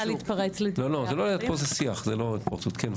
כן, בבקשה.